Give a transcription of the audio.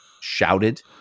shouted